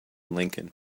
lincoln